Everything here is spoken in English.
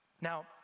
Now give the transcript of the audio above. Now